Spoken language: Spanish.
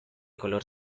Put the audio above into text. color